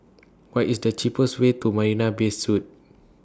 What IS The cheapest Way to Marina Bay Suites